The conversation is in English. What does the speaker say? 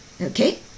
Okay